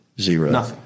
Zero